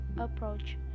approach